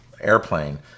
airplane